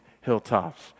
hilltops